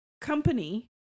company